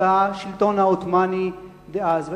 בשלטון העות'מאני דאז.